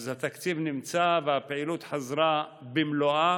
התקציב נמצא והפעילות חזרה במלואה,